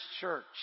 church